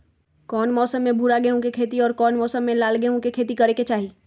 कौन मौसम में भूरा गेहूं के खेती और कौन मौसम मे लाल गेंहू के खेती करे के चाहि?